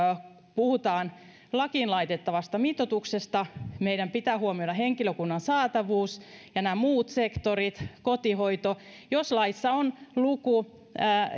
puhutaan lakiin laitettavasta mitoituksesta meidän pitää huomioida henkilökunnan saatavuus ja nämä muut sektorit kotihoito jos laissa on luku